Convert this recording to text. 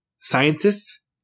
scientists